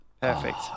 Perfect